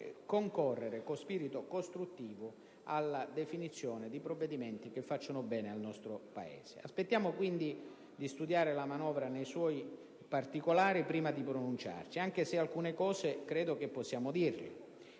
concorrere con spirito costruttivo alla definizione di provvedimenti che facciano bene al nostro Paese. Aspettiamo quindi di studiare la manovra nei suoi particolari prima di pronunciarci, anche se alcune cose credo che possiamo dirle.